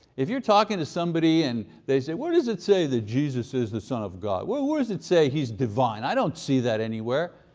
if you're talking to somebody and they say, where does it say that jesus is the son of god? where where does it say he's divine? i don't see that anywhere.